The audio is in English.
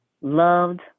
Loved